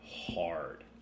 hard